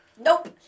Nope